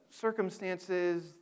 circumstances